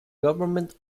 government